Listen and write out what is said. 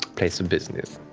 place of business?